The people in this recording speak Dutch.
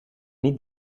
niet